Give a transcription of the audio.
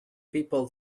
people